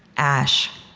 ash